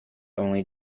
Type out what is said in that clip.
only